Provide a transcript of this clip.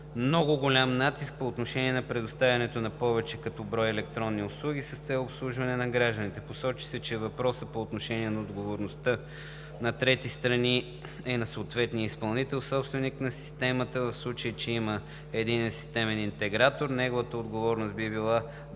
много голям натиск по отношение на предоставянето на повече като брой електронни услуги с цел обслужване на гражданите. Посочи се, че въпросът по отношение на отговорността на трети страни е на съответния изпълнител – собственик на системата. В случай, че има единен системен интегратор, негова отговорност би била